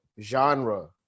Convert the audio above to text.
genre